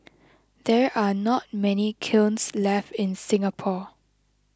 there are not many kilns left in Singapore